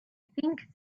think